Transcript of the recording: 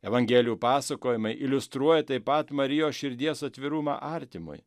evangelijų pasakojimai iliustruoja taip pat marijos širdies atvirumą artimui